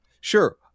Sure